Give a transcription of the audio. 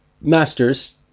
Master's